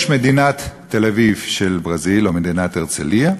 יש מדינת תל-אביב של ברזיל, או מדינת הרצליה,